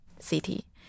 city